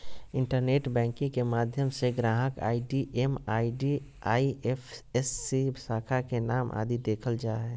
internet banking के माध्यम से ग्राहक आई.डी एम.एम.आई.डी, आई.एफ.एस.सी, शाखा के नाम आदि देखल जा हय